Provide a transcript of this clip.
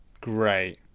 Great